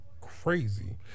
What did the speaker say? crazy